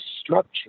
structure